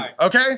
okay